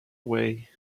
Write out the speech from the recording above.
away